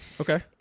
Okay